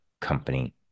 company